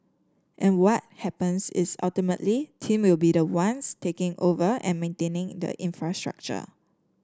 and what happens is ultimately team will be the ones taking over and maintaining the infrastructure